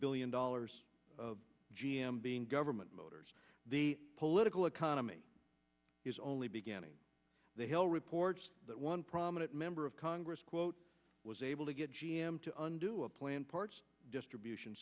billion dollars g m being government motors the political economy is only beginning the hell reports that one prominent member of congress quote was able to get g m to undo a plan parts distribution